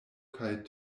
kaj